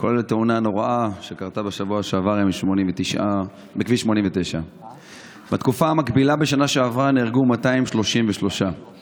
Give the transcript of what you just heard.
כולל התאונה הנוראה שקרתה בשבוע שעבר בכביש 89. בתקופה המקבילה בשנה שעברה נהרגו 233 בני אדם.